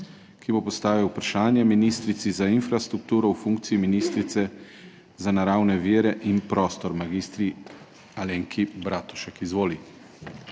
ki bo postavil vprašanje ministrici za infrastrukturo v funkciji ministrice za naravne vire in prostor, mag. Alenki Bratušek. Izvoli.